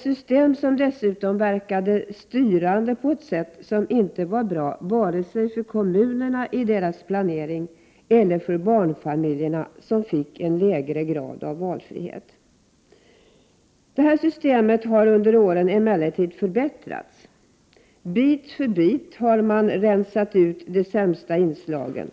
system, som dessutom verkade styrande på ett sätt som inte var bra för vare sig kommunerna och deras planering eller barnfamiljerna, som fick en lägre grad av valfrihet. Statsbidragssystemet har emellertid förbättrats under åren. Man har bit för bit rensat ut de sämsta inslagen.